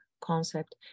concept